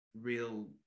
real